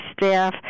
staff